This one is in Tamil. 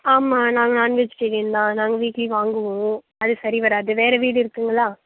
ஆமாம் நாங்கள் நான்வெஜிடேரியன் தான் நாங்கள் வீக்லி வாங்குவோம் அது சரி வராது வேறு வீடு இருக்குங்களா